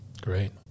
Great